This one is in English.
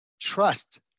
trust